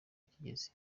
kigeze